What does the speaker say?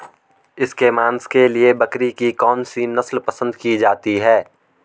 इसके मांस के लिए बकरी की कौन सी नस्ल पसंद की जाती है?